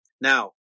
now